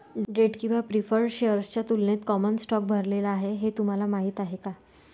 Date किंवा preferred शेअर्सच्या तुलनेत कॉमन स्टॉक भरलेला आहे हे तुम्हाला माहीत आहे का?